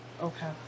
okay